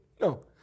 no